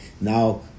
now